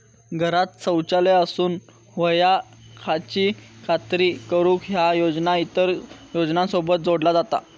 घरांत शौचालय असूक व्हया याची खात्री करुक ह्या योजना इतर योजनांसोबत जोडला जाता